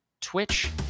twitch